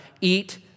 eat